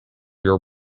your